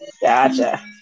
Gotcha